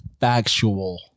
factual